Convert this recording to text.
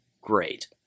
great